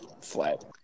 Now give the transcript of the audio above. flat